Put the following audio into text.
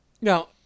Now